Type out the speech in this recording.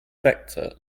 vector